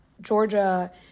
Georgia